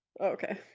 Okay